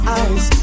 eyes